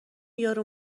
یارو